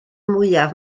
mwyaf